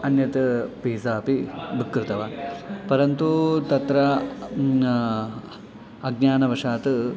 अन्यत् पीसा अपि बुक् कृतवान् परन्तु तत्र अज्ञानवशात्